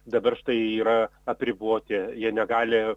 dabar štai yra apriboti jie negali